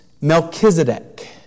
Melchizedek